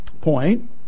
point